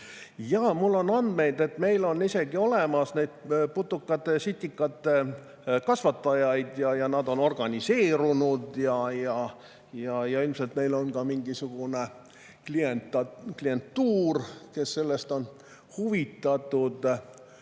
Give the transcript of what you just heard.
Jaa, mul on andmeid, et meil on isegi olemas putukate-sitikate kasvatajaid ja nad on organiseerunud ja ilmselt neil on ka mingisugune klientuur, kes sellest on huvitatud.